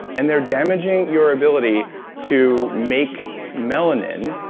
and they are damaging your ability to make melanin,